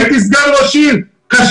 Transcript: הייתי סגן ראש עיר,